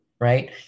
right